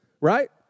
Right